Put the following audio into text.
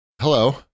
Hello